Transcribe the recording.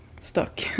stuck